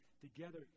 together